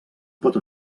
pot